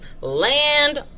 land